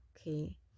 okay